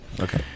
okay